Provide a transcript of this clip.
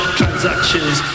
transactions